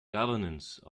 governance